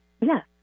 Yes